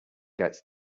gets